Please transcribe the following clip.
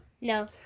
no